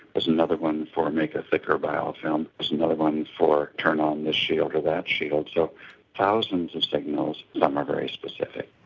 there's another one for make a thicker biofilm, there's another one for turn on this shield or that shield, so thousands of signals, some um are very specific.